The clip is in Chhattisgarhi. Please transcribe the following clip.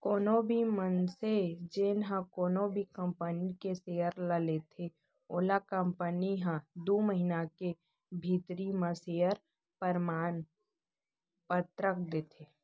कोनो भी मनसे जेन ह कोनो भी कंपनी के सेयर ल लेथे ओला कंपनी ह दू महिना के भीतरी म सेयर परमान पतरक देथे